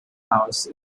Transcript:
house